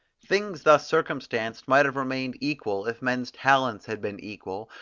things thus circumstanced might have remained equal, if men's talents had been equal,